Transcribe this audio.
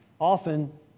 often